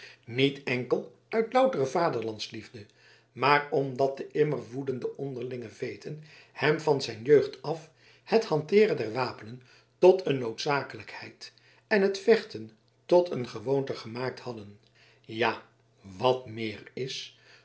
niet enkel uit loutere vaderlandsliefde maar omdat de immer woedende onderlinge veeten hem van zijn jeugd af het hanteeren der wapenen tot een noodzakelijkheid en het vechten tot een gewoonte gemaakt hadden ja wat meer is